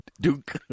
duke